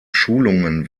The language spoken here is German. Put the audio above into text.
schulungen